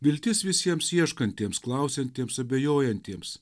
viltis visiems ieškantiems klausiantiems abejojantiems